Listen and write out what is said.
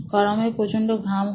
গরমে প্রচন্ড ঘাম হয়